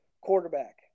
quarterback